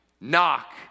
Knock